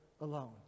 alone